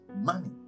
money